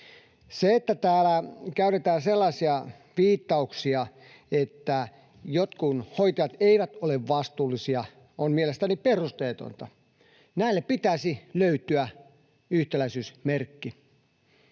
Se, että täällä käytetään sellaisia viittauksia, että jotkut hoitajat eivät ole vastuullisia, on mielestäni perusteetonta. Näille pitäisi löytyä yhtäläisyysmerkki.